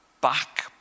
back